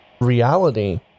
reality